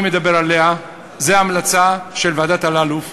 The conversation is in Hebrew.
מדבר עליה היא המלצה של ועדת אלאלוף,